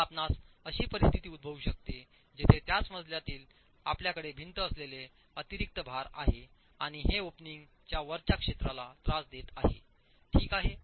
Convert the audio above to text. आता आपणास अशी परिस्थिती उद्भवू शकते जिथे त्याच मजल्यातील आपल्याकडे भिंत असलेले अतिरिक्त भार आहेत आणि हे ओपनिंग च्या वरच्या क्षेत्राला त्रास देत आहे ठीक आहे